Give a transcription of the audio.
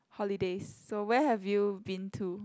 holidays so where have you been to